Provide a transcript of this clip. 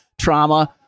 trauma